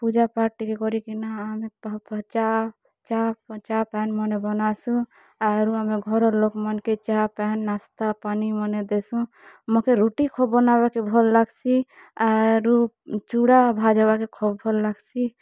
ପୂଜାପାଠ୍ ଟିକେ କରିକିନା ଆମେ ଚା ପାଏନ୍ ମାନେ ବାନାସୁଁ ଆରୁ ଆମେ ଘରର୍ ଲୋକ୍ ମାନ୍କେ ଚା ପାଏନ୍ ନାସ୍ତା ପାନି ମାନେ ଦେସୁଁ ମକେ ରୁଟି ଖୋବ୍ ବାନାବାର୍ କେ ଭଲ୍ ଲାଗ୍ସି ଆରୁ ଚୁଡ଼ା ଭାଜ୍ବା କେ ଖୋବ୍ ଭଲ୍ ଲାଗ୍ସି